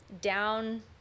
down